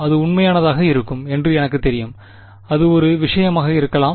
அது உண்மையானதாக இருக்கும் என்று எனக்குத் தெரியும் அது ஒரு விஷயமாக இருக்கலாம்